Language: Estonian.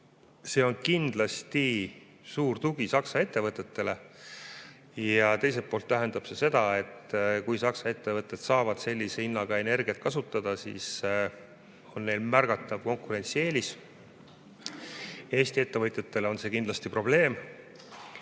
See on kindlasti suur tugi Saksamaa ettevõtetele ja teisalt tähendab see seda, et kui Saksa ettevõtted saavad sellise hinnaga energiat kasutada, siis on neil märgatav konkurentsieelis. Eesti ettevõtjatele on see kindlasti probleem.